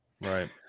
Right